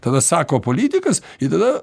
tada sako politikas ir tada